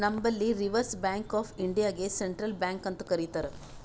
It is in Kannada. ನಂಬಲ್ಲಿ ರಿಸರ್ವ್ ಬ್ಯಾಂಕ್ ಆಫ್ ಇಂಡಿಯಾಗೆ ಸೆಂಟ್ರಲ್ ಬ್ಯಾಂಕ್ ಅಂತ್ ಕರಿತಾರ್